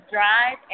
Drive